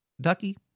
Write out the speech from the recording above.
Ducky